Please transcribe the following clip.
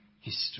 history